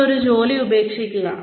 നിങ്ങൾ ഒരു ജോലി ഉപേക്ഷിക്കുക